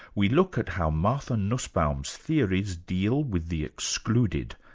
we look at how martha nussbaum's theories deal with the excluded,